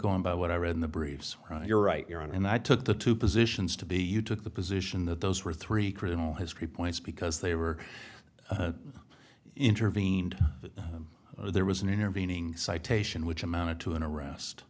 going by what i read in the briefs you're right you're on and i took the two positions to be you took the position that those were three critical history points because they were intervened there was an intervening citation which amounted to an arrest